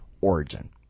origin